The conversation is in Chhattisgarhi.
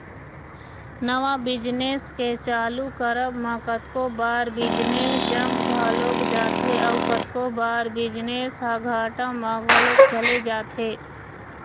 नवा बिजनेस के चालू करब म कतको बार बिजनेस जम घलोक जाथे अउ कतको बार बिजनेस ह घाटा म घलोक चले जाथे